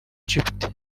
djibouti